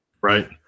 Right